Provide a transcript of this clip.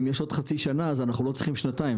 אם יש עוד חצי שנה אז אנחנו לא צריכים שנתיים,